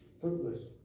fruitless